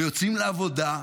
ויוצאים לעבודה,